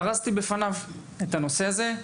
פרשתי בפניו את הנושא הזה,